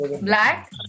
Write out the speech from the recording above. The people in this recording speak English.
black